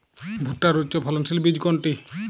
ভূট্টার উচ্চফলনশীল বীজ কোনটি?